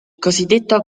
cosiddetto